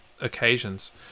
occasions